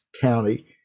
County